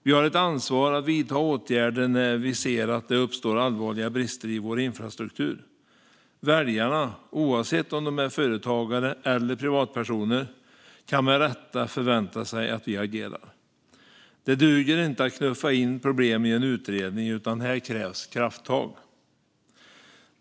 Vi har ett ansvar att vidta åtgärder när vi ser att det uppstår allvarliga brister i vår infrastruktur. Väljarna, oavsett om de är företagare eller privatpersoner, kan med rätta förvänta sig att vi agerar. Det duger inte att knuffa in problem i en utredning, utan här krävs krafttag.